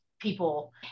People